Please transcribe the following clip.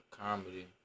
comedy